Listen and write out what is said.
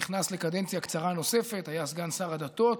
נכנס לקדנציה קצרה נוספת, היה סגן שר הדתות.